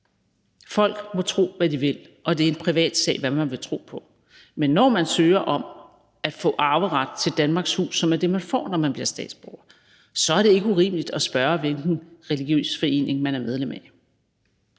Folk må tro, hvad de vil, og det er en privatsag, hvad man vil tro på. Men når man søger om at få arveret til Danmarks hus, som er det, man får, når man bliver statsborger, så er det ikke urimeligt at spørge, hvilken religiøs forening man er medlem af.